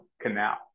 canal